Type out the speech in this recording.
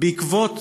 בעקבות